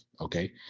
okay